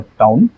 town